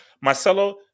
Marcelo